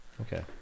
Okay